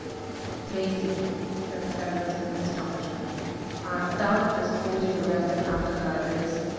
thracian, said severus with astonishment, art thou disposed to wrestle after thy race?